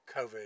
COVID